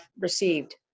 received